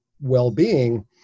well-being